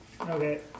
Okay